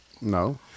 No